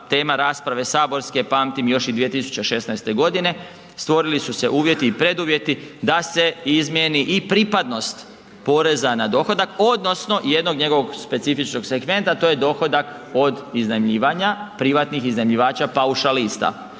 tema rasprave saborske, pamtim još i 2016. g. Stvorili su se uvjeti i preduvjeti da se izmijeni i pripadnost poreza na dohodak, odnosno jednog njegovog specifičnog segmenta, to je dohodak od iznajmljivanja, prihvatnih iznajmljivača paušalista.